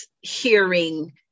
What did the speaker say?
hearing